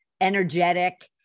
energetic